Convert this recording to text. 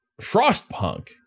Frostpunk